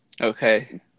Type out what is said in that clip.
Okay